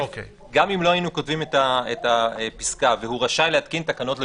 גם אם לא היינו כותבים את הפסקה "והוא רשאי להתקין תקנות לביצועו",